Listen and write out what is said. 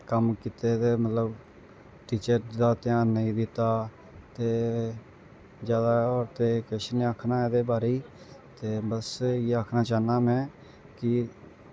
कम्म कीते ते मतलब टीचर दा ध्यान नेईं दित्ता ते जादा होर ते किश निं आक्खना ऐ एह्दे बारे च ते बस इ'यै आक्खना चाह्न्नां में कि